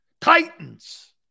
Titans